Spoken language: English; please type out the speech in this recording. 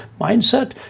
mindset